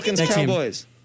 Cowboys